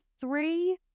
three